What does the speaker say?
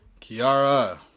kiara